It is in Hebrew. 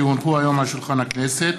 כי הונחו היום על שולחן הכנסת,